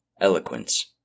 eloquence